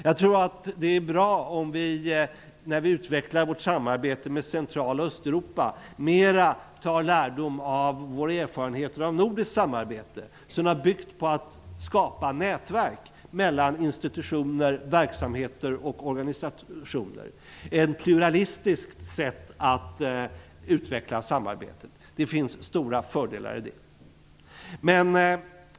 Jag tror att det är bra att vi, när vi utvecklar vårt samarbete med Central och Östeuropa, mer tar lärdom av våra erfarenheter av nordiskt samarbete, som har byggt på att skapa nätverk mellan institutioner, verksamheter och organisationer, ett pluralistiskt sätt att utveckla samarbetet. Det finns stora fördelar i det.